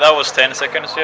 ah was ten seconds, yeah!